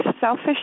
selfish